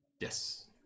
Yes